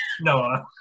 Noah